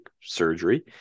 surgery